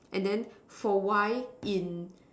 and then for Y in